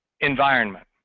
environment